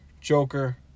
Joker